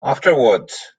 afterwards